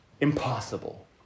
impossible